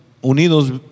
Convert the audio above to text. Unidos